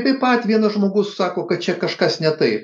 taip pat vienas žmogus sako kad čia kažkas ne taip